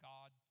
God